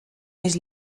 més